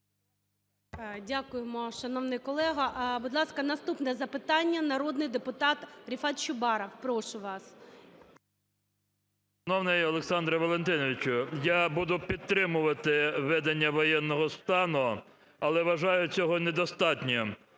Дякуємо, шановний колега. А, будь ласка, наступне запитання народний депутат Рефат Чубаров. Прошу вас. 19:50:47 ЧУБАРОВ Р.А. Шановний Олександре Валентиновичу, я буду підтримувати введення воєнного стану, але, вважаю, цього недостатньо.